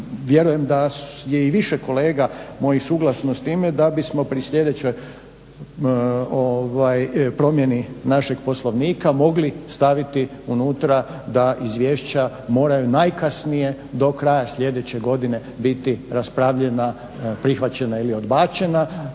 vjerujem da i više kolega moji suglasnost time da bismo pri sljedećoj promjeni našeg Poslovnika mogli staviti unutra da izvješća moraju najkasnije do kraja sljedeće godine biti raspravljena, prihvaćena ili odbačena.